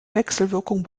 wechselwirkung